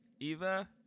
Eva